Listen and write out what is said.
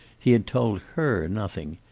he had told her nothing.